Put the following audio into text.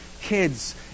kids